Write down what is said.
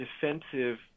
defensive